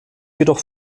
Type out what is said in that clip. jedoch